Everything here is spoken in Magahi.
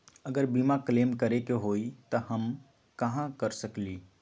अगर बीमा क्लेम करे के होई त हम कहा कर सकेली?